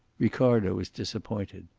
ricardo was disappointed.